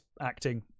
acting